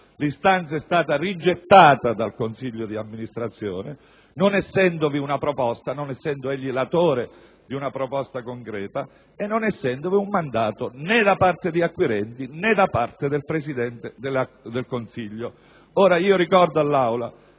L'istanza è stata rigettata dal consiglio di amministrazione, non essendovi alcuna proposta, non essendo egli latore di una proposta concreta e non essendovi un mandato né da parte di acquirenti, né da parte del Presidente del Consiglio. Ricordo all'Assemblea